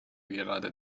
gerade